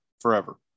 forever